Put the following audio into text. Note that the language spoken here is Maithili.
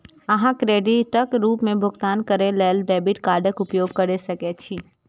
अहां क्रेडिटक रूप मे भुगतान करै लेल डेबिट कार्डक उपयोग कैर सकै छी